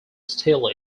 steal